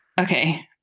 Okay